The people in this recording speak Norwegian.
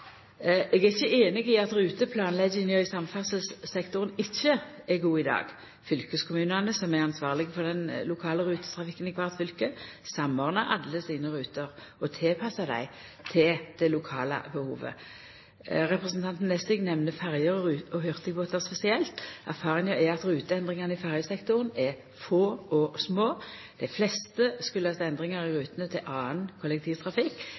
Eg er ikkje einig i at ruteplanlegginga i samferdselssektoren ikkje er god i dag. Fylkeskommunane, som er ansvarlege for den lokale rutetrafikken i kvart fylke, samordnar alle sine ruter og tilpassar dei til det lokale behovet. Representanten Nesvik nemner ferjer og hurtigbåtar spesielt. Erfaringa er at ruteendringane i ferjesektoren er få og små. Dei fleste kjem av endringar i rutene til annan kollektivtrafikk.